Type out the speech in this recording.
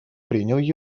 принял